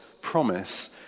promise